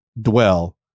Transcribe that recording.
dwell